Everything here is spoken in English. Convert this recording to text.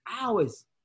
hours